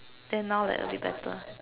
then now like a bit better